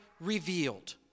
revealed